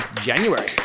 january